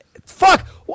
Fuck